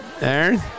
Aaron